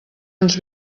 uns